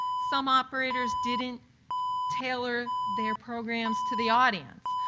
some operators didn't tailor their programs to the audience.